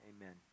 Amen